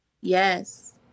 Yes